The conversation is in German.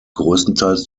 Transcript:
größtenteils